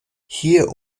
hier